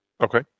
Okay